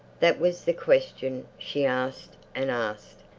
that was the question she asked and asked,